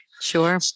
Sure